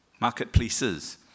marketplaces